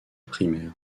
primaire